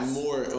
more